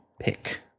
Pick